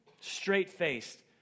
straight-faced